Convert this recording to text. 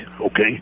okay